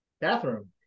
bathroom